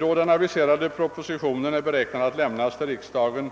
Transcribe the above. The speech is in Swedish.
Då den aviserade propositionen beräknas komma att lämnas till riksdagen